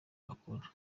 akora